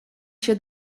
się